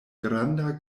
granda